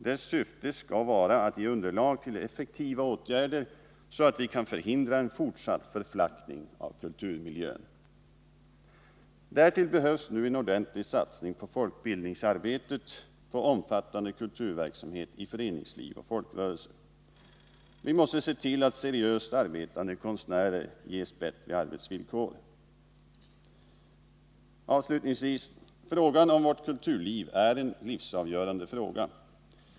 Dess syfte skall vara att ge underlag för effektiva åtgärder, så att vi kan förhindra en fortsatt förflackning av kulturmiljön. Därtill behövs nu en ordentlig satsning på folkbildningsarbetet, på omfattande kulturverksamhet i föreningsliv och folkrörelser. Vi måste se till att seriöst arbetande konstnärer ges bättre arbetsvillkor. Frågan om vårt kulturliv är en livsavgörande fråga.